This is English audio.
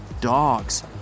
dogs